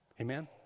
Amen